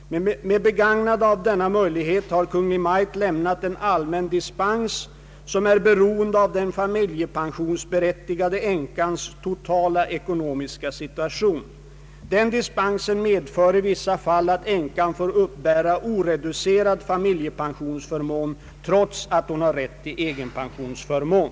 Med begagnande av denna möjlighet har Kungl. Maj:t lämnat en allmän dispens, som är beroende av den familjepensionsberättigade änkans totala ekonomiska situation. Den dispensen medför i vissa fall att änkan får uppbära oreducerad familjepensionsförmån trots att hon har rätt till egenpensionsförmån.